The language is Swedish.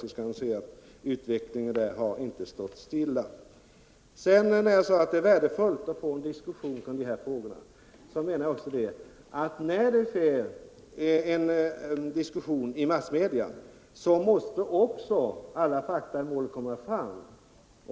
Han skall få se att utvecklingen där inte har stått stilla. När jag sade att det är värdefullt att få en diskussion kring de här frågorna menade jag också att då det sker en diskussion i massmedia måste alla fakta i målet komma fram.